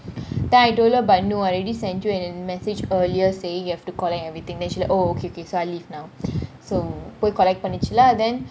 then I told her but no I already sent you an a message earlier saying you have to collect everything then she say oh okay okay so I'll leave now so go and collect பனிச்சில :panuchila then